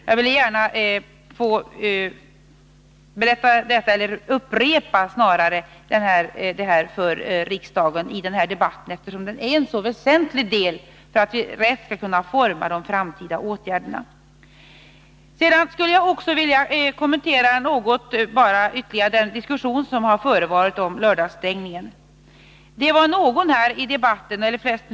Jag har velat upprepa detta i den här debatten, eftersom det är en väsentlig del för att vi rätt skall kunna forma de framtida åtgärderna. Jag vill också något kommentera diskussionen om lördagsstängningen.